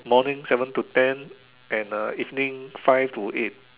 morning seven to ten and uh evening five to eight